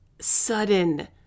sudden